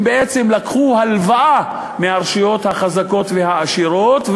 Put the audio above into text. הם בעצם לקחו הלוואה מהרשויות החזקות והעשירות,